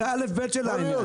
זה א'-ב' של העניין.